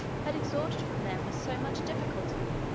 had extorted from them with so much difficulty.